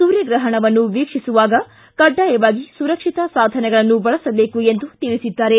ಸೂರ್ಯಗ್ರಹಣವನ್ನು ವೀಕ್ಷಿಸುವಾಗ ಕಡ್ಡಾಯವಾಗಿ ಸುರಕ್ಷಿತ ಸಾಧನಗಳನ್ನು ಬಳಸಬೇಕು ಎಂದು ತಿಳಿಸಿದ್ದಾರೆ